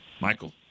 Michael